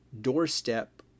Doorstep